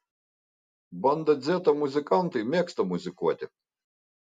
banda dzeta muzikantai mėgsta muzikuoti